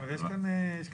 אבל יש כאן איזשהו